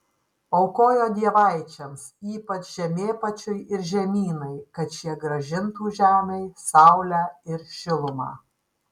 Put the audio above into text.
aukojo dievaičiams ypač žemėpačiui ir žemynai kad šie grąžintų žemei saulę ir šilumą